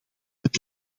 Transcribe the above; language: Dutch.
het